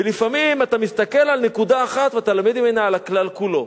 ולפעמים אתה מסתכל על נקודה אחת ולמד ממנה על הכלל כולו.